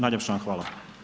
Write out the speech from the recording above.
Najljepše vam hvala.